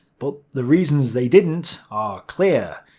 but the reasons they didn't are clear.